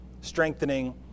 strengthening